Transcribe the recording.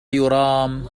يرام